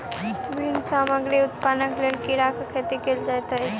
विभिन्न सामग्री उत्पादनक लेल कीड़ा के खेती कयल जाइत अछि